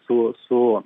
su su